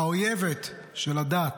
האויבת של הדת,